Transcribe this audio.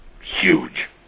huge